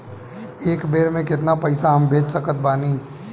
एक बेर मे केतना पैसा हम भेज सकत बानी?